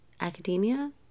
academia